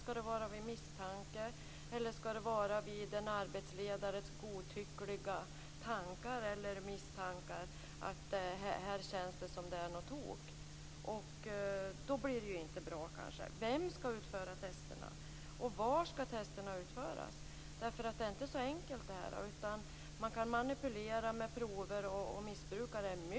Skall det vara vid misstankar? Skall det vara arbetsledarens godtyckliga tankar eller misstankar - här känns det som om något är på tok? Då blir det inte bra. Vem skall utföra testen? Var skall testen utföras? Missbrukare är mycket duktiga på att manipulera med sina urinprov.